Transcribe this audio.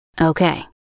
Okay